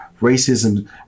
racism